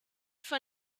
for